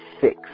Six